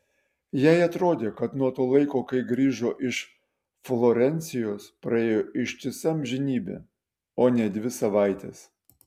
jai atrodė kad nuo to laiko kai grįžo iš florencijos praėjo ištisa amžinybė o ne dvi savaitės